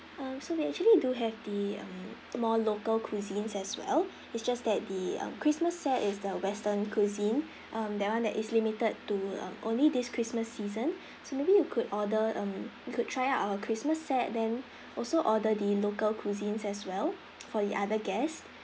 um so we actually do have the um more local cuisines as well it's just that the uh christmas set is the western cuisine um that one that is limited to um only this christmas season so maybe you could order um you could try out our christmas set then also order the local cuisines as well for the other guests